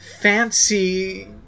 fancy